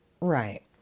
Right